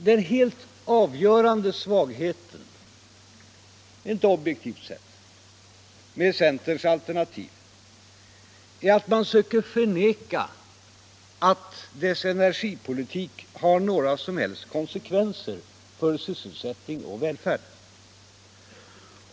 Den helt avgörande svagheten objektivt sett med centerns alternativ är att man söker förneka att dess energipolitik har några som helst konsekvenser för sysselsättning och välfärd.